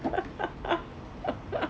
ah